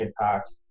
impact